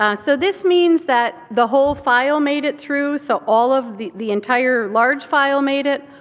um so this means that the whole file made it through. so all of the the entire large file made it,